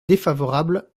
défavorable